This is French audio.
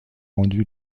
rendu